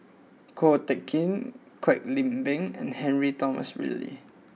Ko Teck Kin Kwek Leng Beng and Henry Nicholas Ridley